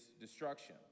destruction